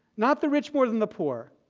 not the rich, more than the poor.